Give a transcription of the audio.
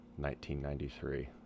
1993